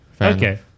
Okay